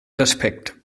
respekt